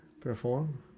perform